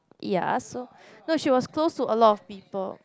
ya so no she was close to a lot of people